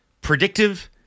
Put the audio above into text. predictive